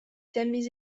thèmes